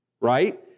right